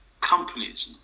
companies